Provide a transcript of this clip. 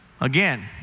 Again